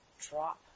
drop